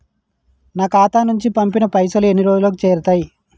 నా ఖాతా నుంచి పంపిన పైసలు ఎన్ని రోజులకు చేరుతయ్?